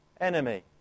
enemy